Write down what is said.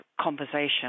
conversation